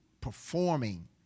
performing